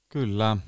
Kyllä